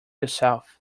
yourself